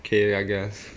okay I guess